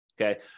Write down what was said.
okay